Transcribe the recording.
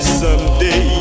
someday